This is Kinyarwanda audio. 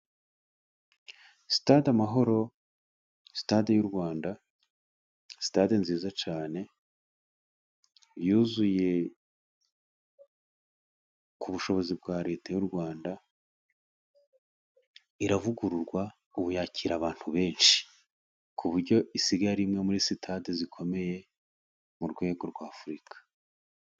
Sitade Amahoro, sitade y'u Rwanda, sitade nziza cyane, yuzuye ku bushobozi bwa Leta y'u Rwanda, iravugururwa, ubu yakira abantu benshi, ku buryo isigaye ari imwe muri sitade zikomeye mu rwego rwa Afurika.